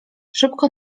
szybko